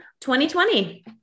2020